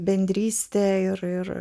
bendrystė ir